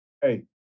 Hey